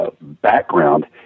background